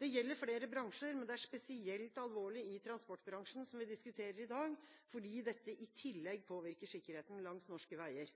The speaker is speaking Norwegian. Det gjelder flere bransjer, men det er spesielt alvorlig i transportbransjen, som vi diskuterer i dag, fordi dette i tillegg påvirker sikkerheten langs norske veier.